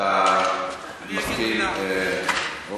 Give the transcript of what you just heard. אתה מסכים, אני אגיד מילה.